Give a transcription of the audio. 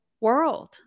world